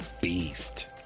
beast